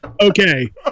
Okay